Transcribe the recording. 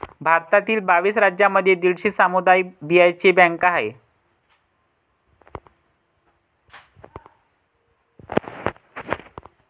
भारतातील बावीस राज्यांमध्ये दीडशे सामुदायिक बियांचे बँका आहेत